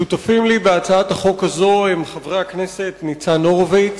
שותפים לי בהצעת החוק הזאת חברי הכנסת ניצן הורוביץ,